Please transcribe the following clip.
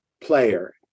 player